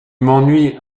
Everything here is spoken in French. m’ennuies